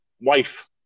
wife